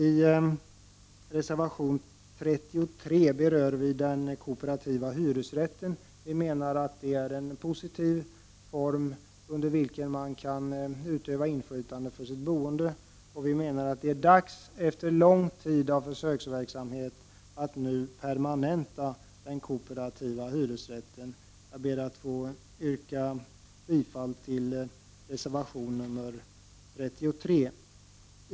I reservation 33 berör vi den kooperativa hyresrätten. Det är en positiv form, under vilken man kan utöva inflytande över sitt boende. Det är dags, efter lång tid av försöksverksamhet, att nu permanenta den kooperativa hyresrätten. Jag ber att få yrka bifall till reservation 33.